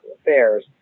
affairs